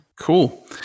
Cool